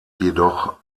jedoch